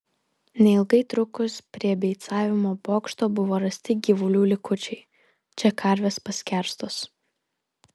neilgai trukus prie beicavimo bokšto buvo rasti gyvulių likučiai čia karvės paskerstos